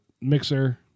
mixer